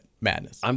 Madness